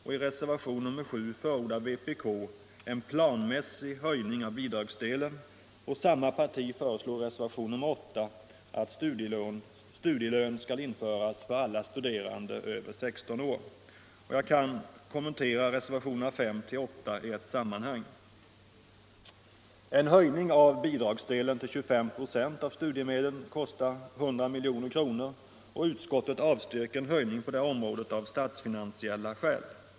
I reservationen 7 förordar vpk en planmässig höjning av bidragsdelen, och samma parti föreslår i reservationen 8 att studielön skall införas för alla studerande över 16 år. Jag kan kommentera reservationerna 5-8 i ett sammanhang. En höjning av bidragsdelen till 25 96 av studiemedlen kostar 100 milj.kr., och utskottet avstyrker en höjning på detta område av statsfinansiella skäl.